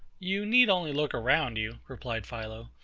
you need only look around you, replied philo,